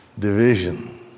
Division